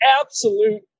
absolute